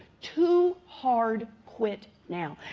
too hard. quit now.